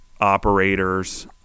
operators